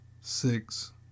Six